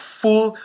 full